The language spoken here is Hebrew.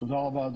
תודה רבה.